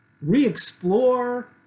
re-explore